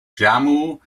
jammu